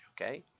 okay